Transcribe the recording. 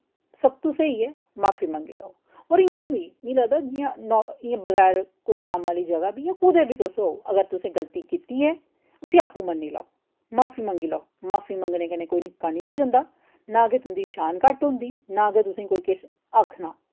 सब तो स्हेई ऐ माफी मंगी लाओ होर इ'यां बी मीं लगदा जि'यां न इ'यां बगैर कुतै कम्म आह्ली जगह ही जां कुतै बी तुस ओ अगर तुसें गल्ती कीती ऐ उस्सी आपूं मन्नी लाओ माफी मंगी लाओ माफी मंगने कन्नै कोई निक्का निं होई जंदा नां गै तुं'दी शान घट्ट होंदी नां गै तुसें कोई किश आखना